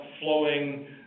flowing